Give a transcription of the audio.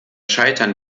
scheitern